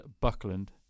Buckland